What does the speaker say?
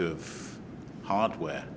of hardware